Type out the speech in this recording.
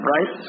Right